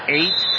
eight